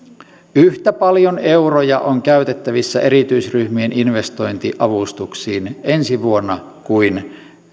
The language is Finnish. yhtä paljon euroja on käytettävissä erityisryhmien investointiavustuksiin ensi vuonna kuin